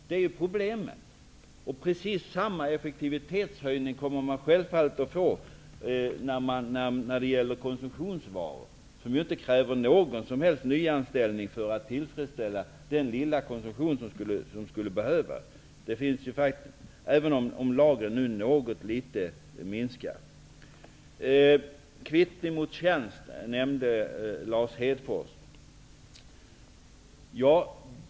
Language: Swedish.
Det kommer självfallet att bli samma effektivitetshöjning när det gäller konsumtionsvaror, som ju inte kräver någon som helst nyanställning för att tillfredsställa den lilla konsumtion som skulle behövas -- även om lagren nu minskar något. Lars Hedfors nämnde tjänsteavdrag.